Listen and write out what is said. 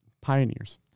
Pioneers